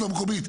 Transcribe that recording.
המקומית.